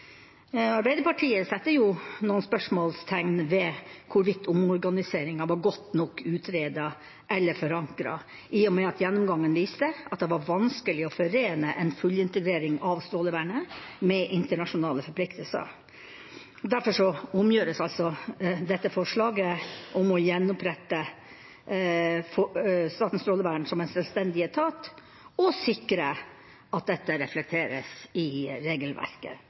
Arbeiderpartiet setter noen spørsmålstegn ved hvorvidt omorganiseringen var godt nok utredet eller forankret, i og med at gjennomgangen viste at det var vanskelig å forene en fullintegrering av Strålevernet med internasjonale forpliktelser. Derfor omgjøres dette nå med forslaget om å gjenopprette Statens strålevern som en sjølstendig etat og sikre at dette reflekteres i regelverket.